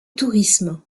tourisme